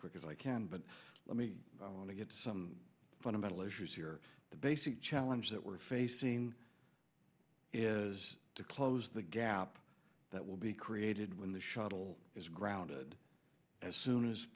quick as i can but let me want to get some fundamental issues here the basic challenge that we're facing is to close the gap that will be created when the shuttle is grounded as soon as